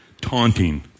taunting